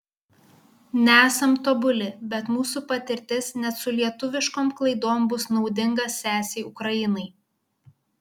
nesam tobuli bet mūsų patirtis net su lietuviškom klaidom bus naudinga sesei ukrainai